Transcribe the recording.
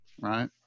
right